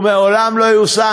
הוא מעולם לא יושם,